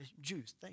Jews